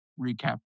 Recap